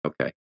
Okay